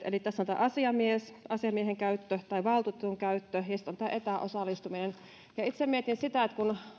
eli tässä on tämä asiamiehen käyttö tai valtuutetun käyttö ja sitten on tämä etäosallistuminen itse mietin sitä että kun